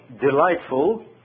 delightful